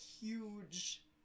huge